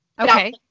Okay